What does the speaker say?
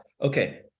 Okay